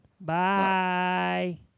Bye